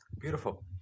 Beautiful